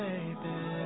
Baby